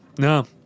No